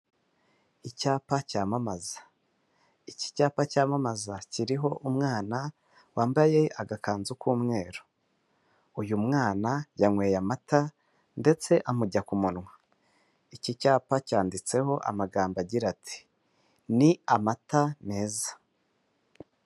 Icyapa cyamamaza, iki cyapa cyamamaza kiriho umwana wambaye agakanzu k'umweru, uyu mwana yanyweye amata ndetse amujya ku munwa, iki cyapa cyanditseho amagambo agira ati ni amata meza.